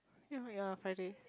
here we are Friday